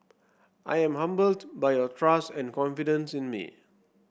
I am humbled by your trust and confidence in me